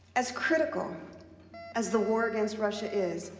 as critical as the war against russia is,